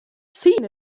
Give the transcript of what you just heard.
seen